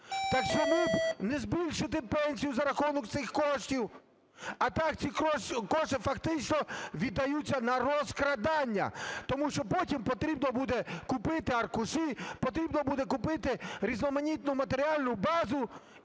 Так чому не збільшити пенсію за рахунок цих коштів? А так ці кошти фактично віддаються на розкрадання, тому що потім потрібно буде купити аркуші, потрібно буде купити різноманітну матеріальну базу,